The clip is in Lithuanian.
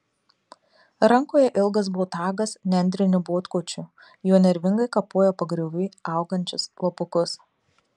rankoje ilgas botagas nendriniu botkočiu juo nervingai kapoja pagriovy augančius lapukus